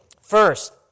First